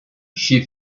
she